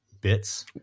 bits